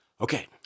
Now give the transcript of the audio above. Okay